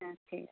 হ্যাঁ ঠিক আছে